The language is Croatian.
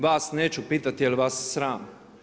Vaš neću pitati jel' vas sram.